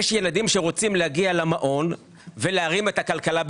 יש ילדים שרוצים להגיע למעון ו"להרים את הכלכלה"